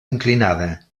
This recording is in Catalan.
inclinada